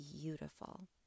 beautiful